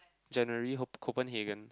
January ho~ Copenhagen